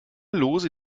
lose